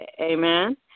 Amen